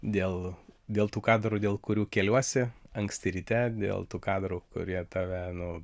dėl dėl tų kadrų dėl kurių keliuosi anksti ryte dėl tų kadrų kurie tave nu